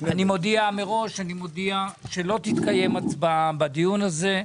אני מודיע מראש שלא תתקיים הצבעה בדיון הזה.